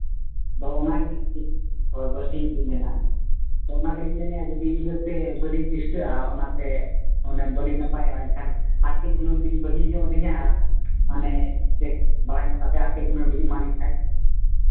ᱟᱫᱚ ᱚᱱᱟᱜᱮ ᱵᱟᱨᱥᱤᱧ ᱞᱟᱹᱜᱤᱫ ᱢᱮᱱᱟᱜᱼᱟ ᱟᱫᱚ ᱚᱱᱟ ᱜᱮᱞᱤᱧ ᱢᱮᱱᱮᱫᱼᱟ ᱡᱩᱫᱤ ᱤᱱᱟᱹᱛᱮ ᱵᱟᱹᱞᱤᱧ ᱪᱤᱥᱴᱟᱹᱜᱼᱟ ᱚᱱᱟᱛᱮ ᱚᱱᱟ ᱵᱟᱹᱞᱤᱧ ᱱᱟᱯᱟᱭᱚᱜᱼᱟ ᱮᱱᱠᱷᱟᱱ ᱟᱨ ᱠᱟᱹᱡ ᱧᱚᱜ ᱦᱩᱱᱟᱹᱝ ᱞᱤᱧ ᱵᱟᱹᱜᱤ ᱧᱚᱜ ᱟᱹᱞᱤᱧᱟᱹ ᱟᱨ ᱢᱟᱱᱮ ᱵᱮᱥ ᱵᱟᱲᱟ ᱧᱚᱜ ᱠᱟᱛᱮᱫ ᱟᱨ ᱠᱟᱹᱡ ᱧᱚᱜ ᱦᱩᱱᱟᱹᱝ ᱵᱤᱱ ᱮᱢᱟᱞᱤᱧ ᱠᱷᱟᱱ